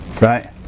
right